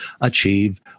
achieve